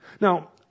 Now